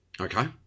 Okay